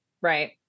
right